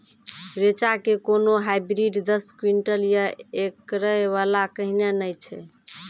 रेचा के कोनो हाइब्रिड दस क्विंटल या एकरऽ वाला कहिने नैय छै?